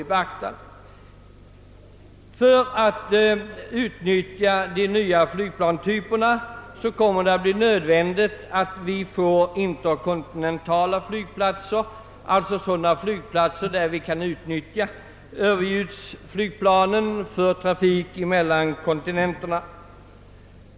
För att vi skall kunna utnyttja de nya flygplanstyperna kommer det att bli nödvändigt att vi får interkontinentala flygplatser, alltså sådana av sedda för Ööverljudsflygplan i trafik mellan kontinenterna.